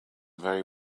very